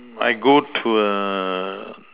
I go to a